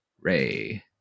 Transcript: Ray